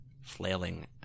flailing